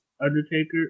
Undertaker